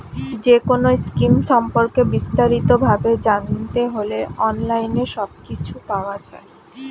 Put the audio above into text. যেকোনো স্কিম সম্পর্কে বিস্তারিত ভাবে জানতে হলে অনলাইনে সবকিছু পাওয়া যায়